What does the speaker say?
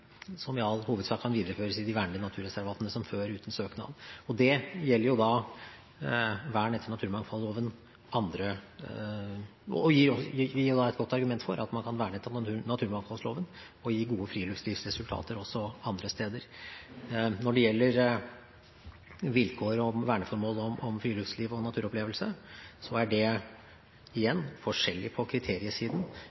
som i all hovedsak kan videreføres i de vernede naturreservatene som før uten søknad. Det gjelder da vern etter naturmangfoldloven og gir et godt argument for at man kan verne etter naturmangfoldloven og gi gode friluftslivsresultater også andre steder. Når det gjelder vilkår for verneformålene friluftsliv og naturopplevelse, er det